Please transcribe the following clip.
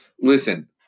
Listen